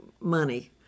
money